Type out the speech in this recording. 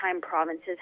provinces